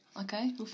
Okay